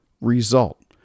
result